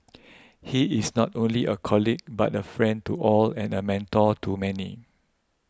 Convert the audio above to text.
he is not only a colleague but a friend to all and a mentor to many